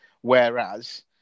whereas